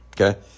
Okay